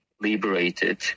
liberated